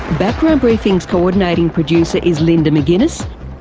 background briefing's coordinating producer is linda mcginness,